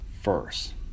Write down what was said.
first